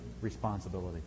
responsibility